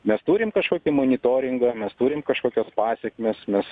mes turim kažkokį monitoringą mes turim kažkokias pasekmes mes